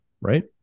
right